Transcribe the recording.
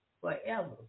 forever